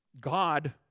God